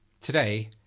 Today